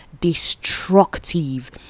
destructive